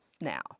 now